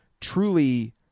truly